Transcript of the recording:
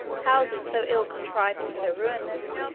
houses so ill contrived and so ruinous,